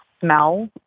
smell